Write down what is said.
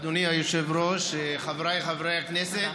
אדוני היושב-ראש, חבריי חברי הכנסת,